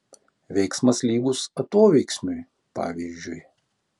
veiksmas lygus atoveiksmiui pavyzdžiui